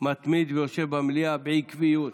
ויושב במליאה בקביעות.